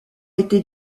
été